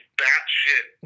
batshit